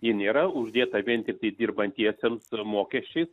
ji nėra uždėta vien tiktai dirbantiesiems mokesčių